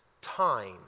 time